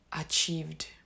achieved